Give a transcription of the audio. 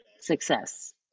success